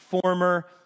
former